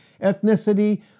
ethnicity